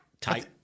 type